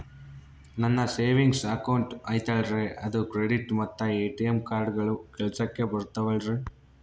ನನ್ನ savings account ಐತಲ್ರೇ ಅದು ಕ್ರೆಡಿಟ್ ಮತ್ತ ಎ.ಟಿ.ಎಂ ಕಾರ್ಡುಗಳು ಕೆಲಸಕ್ಕೆ ಬರುತ್ತಾವಲ್ರಿ?